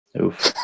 Oof